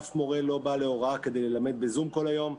אף מורה לא בא להוראה כדי ללמד בזום כל היום.